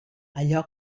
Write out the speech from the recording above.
allò